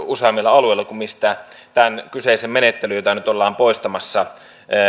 useammilla alueilla kuin mistä tämän kyseisen menettelyn jota nyt ollaan poistamassa